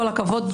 כל הכבוד.